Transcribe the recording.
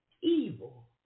evil